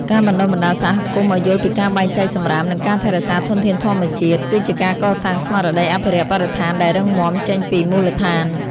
ការបណ្ដុះបណ្ដាលសហគមន៍ឱ្យយល់ពីការបែងចែកសម្រាម និងការថែរក្សាធនធានធម្មជាតិ គឺជាការកសាងស្មារតីអភិរក្សបរិស្ថានដែលរឹងមាំចេញពីមូលដ្ឋាន។